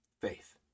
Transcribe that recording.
Faith